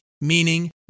meaning